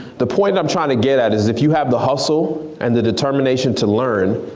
the point i'm trying to get at is if you have the hustle and the determination to learn,